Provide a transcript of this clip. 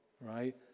right